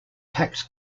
tax